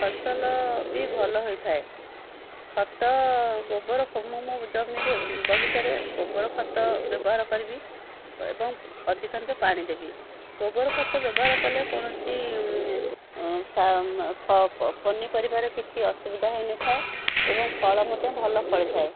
ଫସଲ ବି ଭଲ ହୋଇଥାଏ ଖତ ଗୋବର ସବୁ ମୋ ଜମିରେ ବଗିଚାରେ ଗୋବର ଖତ ବ୍ୟବହାର କରିବି ଏବଂ ଅଧିକାଂଶ ପାଣି ଦେବି ଗୋବର ଖତ ବ୍ୟବହାର କଲେ କୌଣସି ପନିପରିବାରେ କିଛି ଅସୁବିଧା ହୋଇନଥାଏ ଏବଂ ଫଳ ମଧ୍ୟ ଭଲ ଫଳିଥାଏ